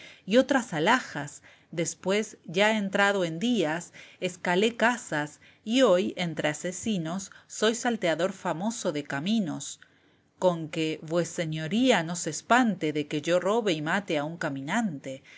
y otras alhajas después ya entrado en días escalé casas y hoy entre asesinos soy salteador famoso de caminos conque vueseñoría no se espante de que yo robe y mate a un caminante